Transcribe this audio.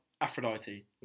Aphrodite